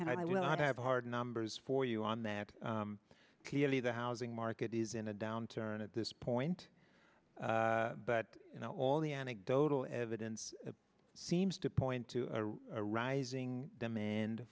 and i will have hard numbers for you on that clearly the housing market is in a downturn at this point but you know all the anecdotal evidence seems to point to rising demand